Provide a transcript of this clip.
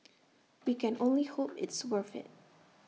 we can only hope it's worth IT